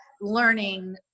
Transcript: learning